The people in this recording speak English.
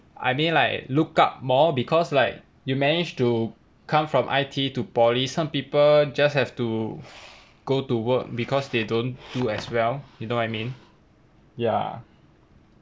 I mean like look up more because like you manage to come from I_T_E to polytechnic some people just have to go to work because they don't do as well you know what I mean ya